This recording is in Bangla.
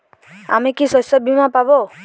আমি কি শষ্যবীমা পাব?